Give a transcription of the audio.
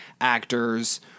actors